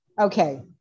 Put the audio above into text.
Okay